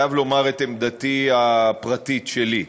ראשית, אני חייב לומר את עמדתי, הפרטית שלי.